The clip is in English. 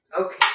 Okay